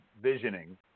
visioning